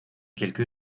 quelque